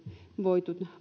voitu